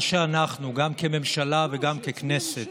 מה שאנחנו, גם כממשלה וגם ככנסת,